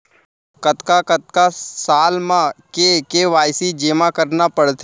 कतका कतका साल म के के.वाई.सी जेमा करना पड़थे?